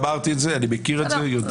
אמרתי את זה, אני מכיר את זה, יודע.